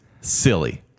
silly